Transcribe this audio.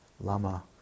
Lama